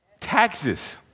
Taxes